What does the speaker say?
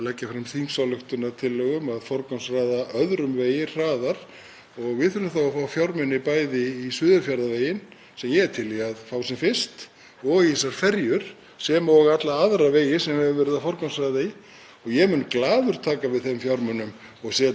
og í þessar ferjur sem og alla aðra vegi sem við höfum verið að forgangsraða í. Ég mun glaður taka við þeim fjármunum og setja í hraðari orkuskipti í ferjum, glaður, en ég framleiði ekki peningana, þeir koma